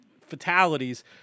fatalities